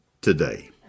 today